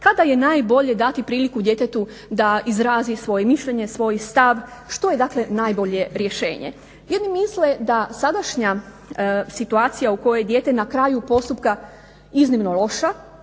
Kada je najbolje dati priliku djetetu da izrazi svoje mišljenje, svoj stav, što je dakle najbolje rješenje. Jedni misle da sadašnja situacija u kojoj je dijete na kraju postupka iznimno loša